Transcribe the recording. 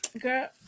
Girl